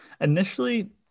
initially